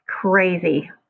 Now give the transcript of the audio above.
crazy